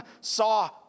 saw